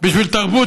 בשביל תרבות,